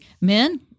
men